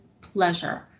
pleasure